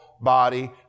body